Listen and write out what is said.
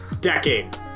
decade